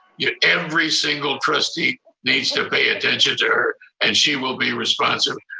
yeah every single trustee needs to pay attention to her and she will be responsive.